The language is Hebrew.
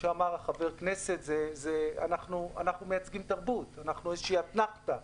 אנחנו מייצגים תרבות, אנחנו אתנחתא